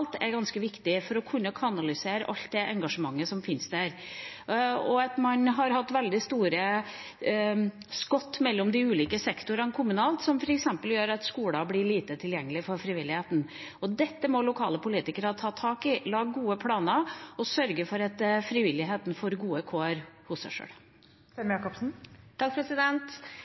det engasjementet som finnes der. Man har hatt vanntette skott mellom de ulike sektorene kommunalt, som f.eks. gjør at skoler blir lite tilgjengelig for frivilligheten. Dette må lokale politikere ta tak i, lage gode planer og sørge for at frivilligheten får gode